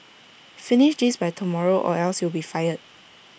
finish this by tomorrow or else you'll be fired